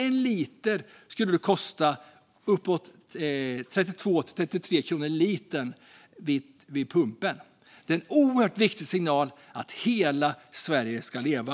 En liter diesel skulle då kosta uppemot 32-33 kronor per liter vid pumpen. Vi sänder en viktig signal att hela Sverige ska leva.